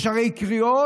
יש הרי קריאות